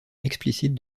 explicite